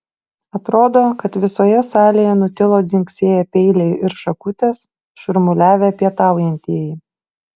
atrodo kad visoje salėje nutilo dzingsėję peiliai ir šakutės šurmuliavę pietaujantieji